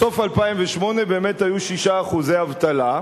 בסוף 2008 באמת היו 6% אבטלה,